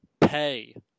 pay